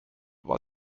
war